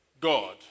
God